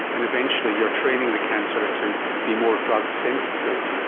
and eventually you are training the cancer to be more drug sensitive.